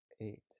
eight